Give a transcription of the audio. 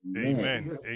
amen